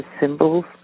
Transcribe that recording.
symbols